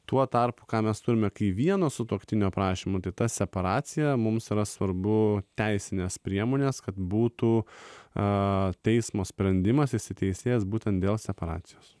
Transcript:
tuo tarpu ką mes turime kai vieno sutuoktinio prašymu kita separacija mums yra svarbu teisines priemones kad būtų a teismo sprendimas įsiteisėjęs būtent dėl separacijos